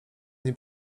nie